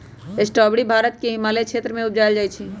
strawberry Bharat के हिमालय क्षेत्र में उपजायल जाइ छइ